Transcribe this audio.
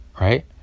Right